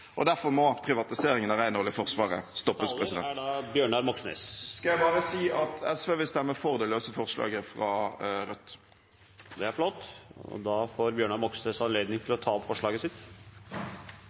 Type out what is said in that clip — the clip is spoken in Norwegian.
og derfor må privatiseringen av renholdet i Forsvaret stoppes. Så vil jeg bare si at SV vil stemme for det løse forslaget fra Rødt. Noen partier har en helt blind tro på nyliberale skrivebordsteorier, hvor svaret alltid er